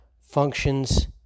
functions